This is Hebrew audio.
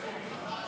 להלן